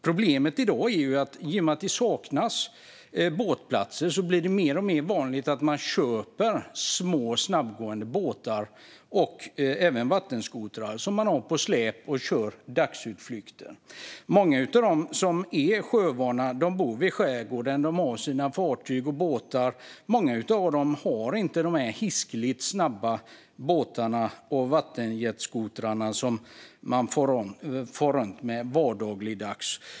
Problemet i dag är att i och med att det saknas båtplatser blir det mer och mer vanligt att köpa små snabbgående båtar och även vattenskotrar som man sätter på släp och använder för dagsutflykter. Många av dem som är sjövana bor i skärgården med sina fartyg och båtar, och de har inte de hiskeligt snabba båtarna och vattenjetskotrarna som man far runt med till vardags.